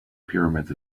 pyramids